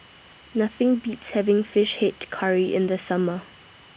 Nothing Beats having Fish Head Curry in The Summer